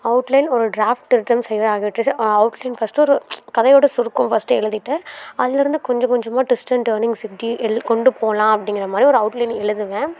outline ஓரு draft return செய்து அதுட்லீஸ்டு அவுட்லைன் ஃபர்ஸ்ட் ஒரு கதையோட சுருக்கம் ஃபர்ஸ்ட்டு எழுதிவிட்டு அதுலருந்து கொஞ்சம் கொஞ்சமாக ட்விஸ்ட் அண்ட் டேர்னிங்ஸ் எப்படி எல் கொண்டு போகலாம் அப்படிங்கிற மாதிரி ஓரு அவுட்லைன் எழுதுவேன்